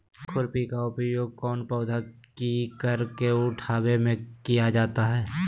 खुरपी का उपयोग कौन पौधे की कर को उठाने में किया जाता है?